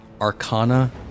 arcana